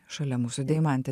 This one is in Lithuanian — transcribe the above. šalia mūsų deimantė